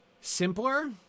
simpler